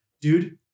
Dude